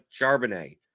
Charbonnet